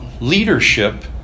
leadership